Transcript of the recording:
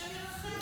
השם ירחם.